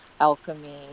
alchemy